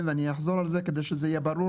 ואני אחזור על זה כדי שזה יהיה ברור,